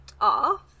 off